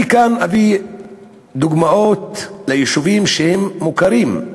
אני כאן אביא דוגמאות לגבי יישובים שהם מוכרים.